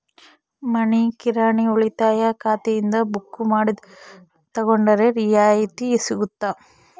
ಮನಿ ಕಿರಾಣಿ ಉಳಿತಾಯ ಖಾತೆಯಿಂದ ಬುಕ್ಕು ಮಾಡಿ ತಗೊಂಡರೆ ರಿಯಾಯಿತಿ ಸಿಗುತ್ತಾ?